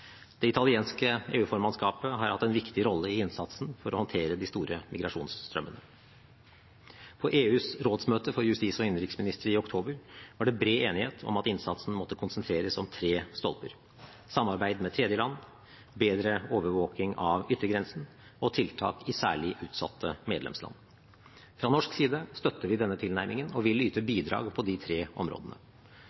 Det italienske EU-formannskapet har hatt en viktig rolle i innsatsen for å håndtere de store migrasjonsstrømmene. På EUs rådsmøte for justis- og innenriksministre i oktober var det bred enighet om at innsatsen måtte konsentreres om tre stolper: samarbeid med tredjeland, bedre overvåkning av yttergrensen og tiltak i særlig utsatte medlemsland. Fra norsk side støtter vi denne tilnærmingen og vil yte